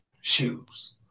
shoes